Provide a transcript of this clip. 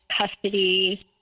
custody